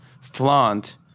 flaunt